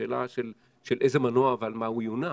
מהשאלה של איזה מנוע ועל מה הוא יונע.